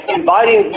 inviting